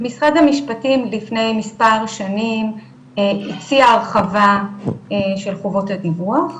משרד המשפטים לפני מספר שנים הציע הרחבה של חובות הדיווח,